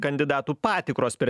kandidatų patikros per